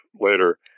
later